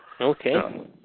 Okay